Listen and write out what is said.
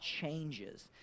changes